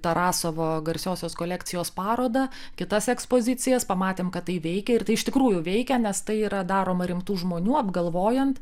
tarasovo garsiosios kolekcijos parodą kitas ekspozicijas pamatėm kad tai veikia ir tai iš tikrųjų veikia nes tai yra daroma rimtų žmonių apgalvojant